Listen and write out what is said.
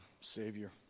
Savior